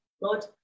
Lord